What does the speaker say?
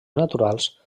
naturals